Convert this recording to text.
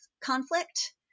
conflict